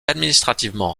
administrativement